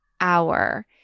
hour